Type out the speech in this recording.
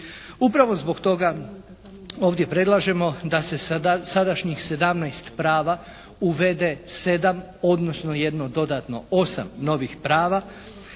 Upravo zbog toga ovdje predlažemo da se sadašnjih 17 prava uvede 7, odnosno jedno dodatno 8 novih prava.